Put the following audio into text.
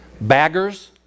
Baggers